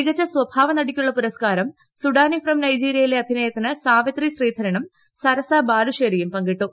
മികച്ച സ്വഭാവ നടിക്കുള്ള പുരസ്കാരം സുഡാനി ഫ്രം നൈജീരിയിലെ അഭിനയത്തിന് സാവിത്രി ശ്രീധരനും സരസ ബാലുശ്ശേരിയും പങ്കിട്ടു